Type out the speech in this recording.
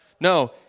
No